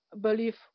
believe